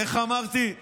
איך אמרתי?